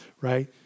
right